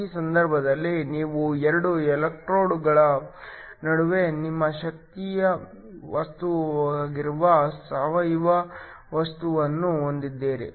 ಈ ಸಂದರ್ಭದಲ್ಲಿ ನೀವು 2 ಎಲೆಕ್ಟ್ರೋಡ್ಗಳ ನಡುವೆ ನಿಮ್ಮ ಸಕ್ರಿಯ ವಸ್ತುವಾಗಿರುವ ಸಾವಯವ ವಸ್ತುವನ್ನು ಹೊಂದಿದ್ದೀರಿ